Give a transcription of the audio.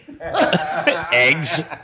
Eggs